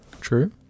True